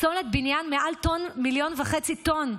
פסולת בניין, מעל 1.5 מיליון טונות